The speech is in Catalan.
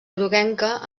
groguenca